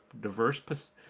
diverse